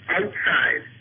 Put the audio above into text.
outside